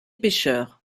pêcheurs